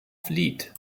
fleet